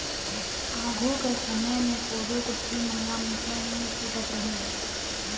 आघु कर समे मे कोदो कुटकी मन ल मूसर मे ही कूटत रहिन